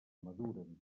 maduren